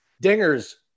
Dinger's